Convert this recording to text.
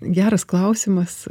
geras klausimas